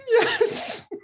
yes